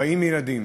40 ילדים,